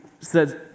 says